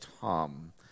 Tom